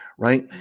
Right